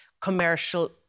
commercial